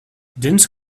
dense